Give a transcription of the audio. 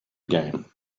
game